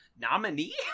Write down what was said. nominee